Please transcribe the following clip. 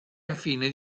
infine